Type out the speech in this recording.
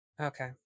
Okay